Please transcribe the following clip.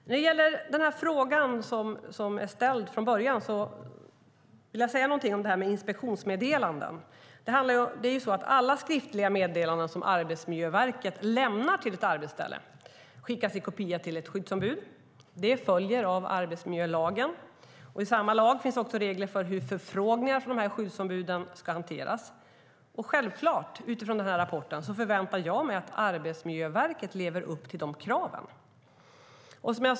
När det gäller den fråga som är ställd från början vill jag säga någonting om inspektionsmeddelanden. Alla skriftliga meddelanden som Arbetsmiljöverket lämnar till ett arbetsställe skickas i en kopia till ett skyddsombud. Det följer av arbetsmiljölagen. I samma lag finns också regler för hur förfrågningar från skyddsombuden ska hanteras. Utifrån den rapporten förväntar jag mig självklart att Arbetsmiljöverket lever upp till de kraven.